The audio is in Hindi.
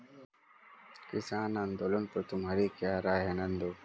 किसान आंदोलन पर तुम्हारी क्या राय है नंदू?